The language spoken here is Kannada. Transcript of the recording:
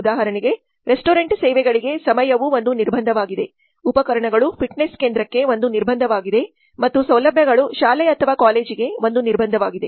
ಉದಾಹರಣೆಗೆ ರೆಸ್ಟೋರೆಂಟ್ ಸೇವೆಗಳಿಗೆ ಸಮಯವು ಒಂದು ನಿರ್ಬಂಧವಾಗಿದೆ ಉಪಕರಣಗಳು ಫಿಟ್ನೆಸ್ ಕೇಂದ್ರಕ್ಕೆ ಒಂದು ನಿರ್ಬಂಧವಾಗಿದೆ ಮತ್ತು ಸೌಲಭ್ಯಗಳು ಶಾಲೆ ಅಥವಾ ಕಾಲೇಜಿಗೆ ಒಂದು ನಿರ್ಬಂಧವಾಗಿದೆ